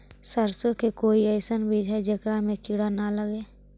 सरसों के कोई एइसन बिज है जेकरा में किड़ा न लगे?